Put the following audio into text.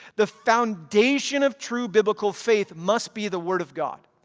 the foundation of true biblical faith must be the word of god.